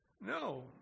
No